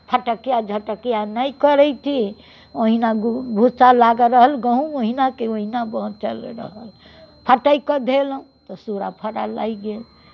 फटकिआ झटकिआ नहि करैत छी ओहिना गु भूसा लागल रहल गहूँम ओहिनाके ओहिना बाँचल रहल फटकि देलहुँ तऽ सूरा फड़य लागि गेल